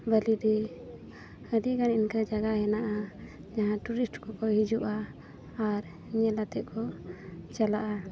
ᱵᱟᱹᱞᱤ ᱰᱤ ᱟᱹᱰᱤ ᱜᱟᱱ ᱤᱱᱠᱟᱹ ᱡᱟᱭᱜᱟ ᱦᱮᱱᱟᱜᱼᱟ ᱡᱟᱦᱟᱸ ᱴᱩᱨᱤᱥᱴ ᱠᱚᱠᱚ ᱦᱤᱡᱩᱜᱼᱟ ᱟᱨ ᱧᱮᱞ ᱠᱟᱛᱮ ᱠᱚ ᱪᱟᱞᱟᱜᱼᱟ